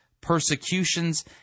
persecutions